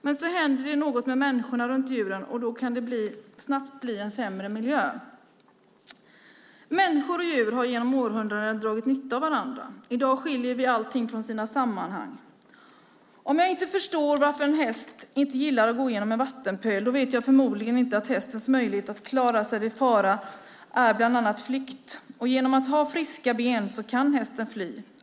Men så händer det något med människorna runt djuren, och då kan det snabbt bli en sämre miljö. Människor och djur har genom århundradena dragit nytta av varandra, men i dag skiljer vi allt från sina sammanhang. Om jag inte förstår varför en häst inte gillar att gå genom en vattenpöl vet jag förmodligen inte att hästens möjlighet att klara sig vid fara bland annat är flykt. Genom att ha friska ben kan hästen fly.